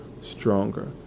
stronger